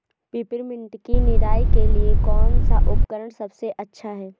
Peppermint की निराई के लिए कौन सा उपकरण सबसे अच्छा है?